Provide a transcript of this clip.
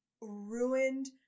ruined